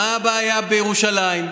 מה הבעיה בירושלים?